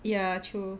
ya true